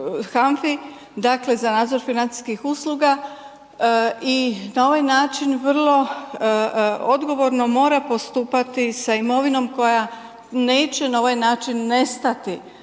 HANFA-i, dakle za nadzor financijskih usluga i na ovaj način vrlo odgovorno mora postupati sa imovinom koja neće na ovaj način nestati